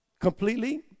completely